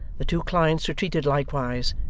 the two clients retreated likewise,